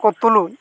ᱠᱚ ᱛᱩᱞᱩᱡ